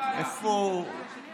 השרה